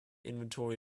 inventory